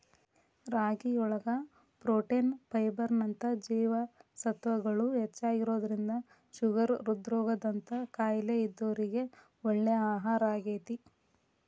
ರಾಗಿಯೊಳಗ protein, fibre ನಂತ ಜೇವಸತ್ವಗಳು ಹೆಚ್ಚಾಗಿರೋದ್ರಿಂದ ಶುಗರ್, ಹೃದ್ರೋಗ ದಂತ ಕಾಯಲೇ ಇದ್ದೋರಿಗೆ ಒಳ್ಳೆ ಆಹಾರಾಗೇತಿ